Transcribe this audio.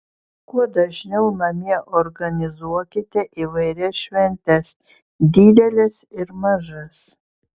kuo dažniau namie organizuokite įvairias šventes dideles ir mažas